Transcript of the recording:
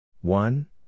one